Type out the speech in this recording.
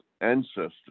ancestors